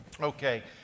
Okay